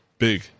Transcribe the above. Big